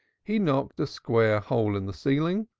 he knocked a square hole in the ceiling,